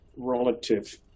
relative